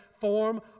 form